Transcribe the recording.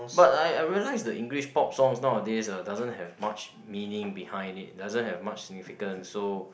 but I I realise the English pop songs nowadays uh doesn't have much meaning behind it doesn't have much significance so